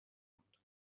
بود